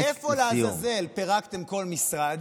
איפה לעזאזל פירקתם כל משרד,